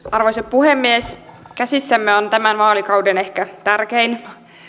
arvoisa puhemies käsissämme on tämän vaalikauden ehkä tärkein